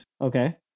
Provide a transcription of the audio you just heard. okay